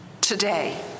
today